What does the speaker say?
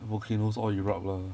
volcanoes all erupt lah